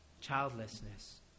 childlessness